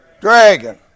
dragon